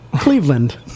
Cleveland